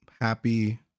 happy